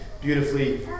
beautifully